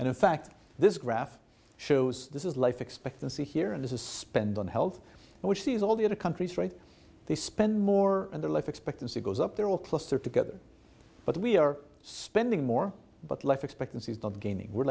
and in fact this graph shows this is life expectancy here in this is spend on health which is all the other countries right they spend more and their life expectancy goes up they're all clustered together but we are spending more but life expectancy is not gaining we're